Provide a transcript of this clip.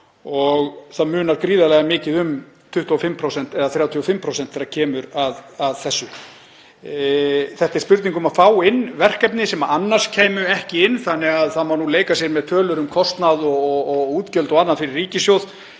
Það munar gríðarlega miklu um 25% eða 35% þegar að því kemur. Þetta er spurning um að fá inn verkefni sem annars kæmu ekki inn. Það má því leika sér með tölur um kostnað og útgjöld og annað fyrir ríkissjóð